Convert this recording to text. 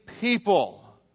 people